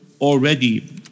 already